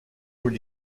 would